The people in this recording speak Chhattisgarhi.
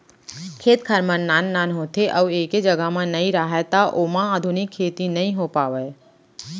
खेत खार मन नान नान होथे अउ एके जघा म नइ राहय त ओमा आधुनिक खेती नइ हो पावय